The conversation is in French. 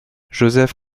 józef